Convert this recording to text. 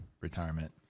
retirement